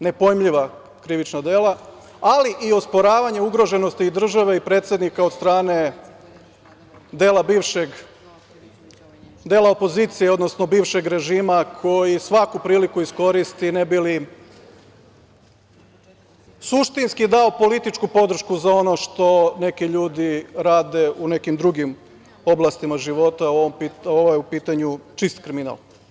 nepojmljiva krivična dela, ali i osporavanje ugroženosti države i predsednika od strane dela bivšeg, dela opozicije, odnosno bivšeg režima koji svaku priliku iskoristi ne bi li suštinski dao političku podršku za ono što neki ljudi rade u nekim drugim oblastima života, ovo je u pitanju čist kriminal.